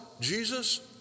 Jesus